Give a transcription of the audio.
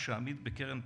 על קרנית